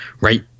right